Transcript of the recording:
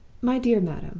my dear madam,